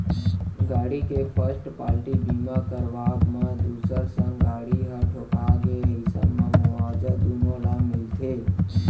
गाड़ी के first party बीमा करवाब म दूसर संग गाड़ी ह ठोंका गे अइसन म मुवाजा दुनो ल मिलथे